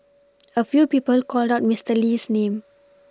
a few people called out Mister Lee's name